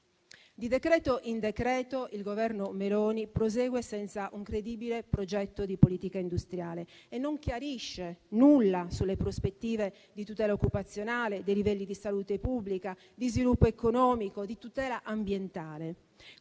Di decreto in decreto, il Governo Meloni prosegue senza un credibile progetto di politica industriale e non chiarisce nulla sulle prospettive di tutela occupazionale, dei livelli di salute pubblica, di sviluppo economico, di tutela ambientale.